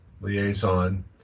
liaison